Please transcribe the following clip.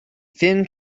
thin